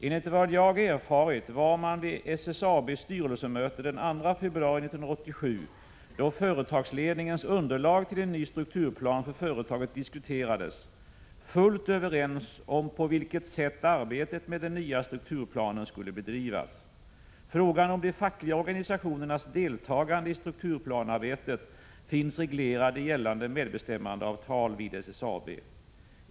Enligt vad jag erfarit var man vid SSAB:s styrelsemöte den 2 februari 1987, då företagsledningens underlag till en ny strukturplan för företaget diskuterades, fullt överens om på vilket sätt arbetet med den nya strukturplanen skulle bedrivas. Frågan om de fackliga organisationernas deltagande i strukturplanearbetet finns reglerad i gällande medbestämmandeavtal vid SSAB.